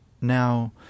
Now